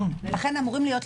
לא?